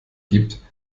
gibt